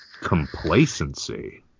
complacency